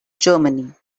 germany